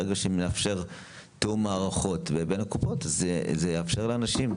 ברגע שנאפשר תיאום מערכות בין הקופות זה יאפשר לאנשים,